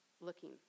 looking